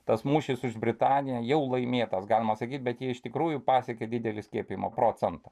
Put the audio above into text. tas mūšis už britaniją jau laimėtas galima sakyt bet ji iš tikrųjų pasiekė didelį skiepijimo procentą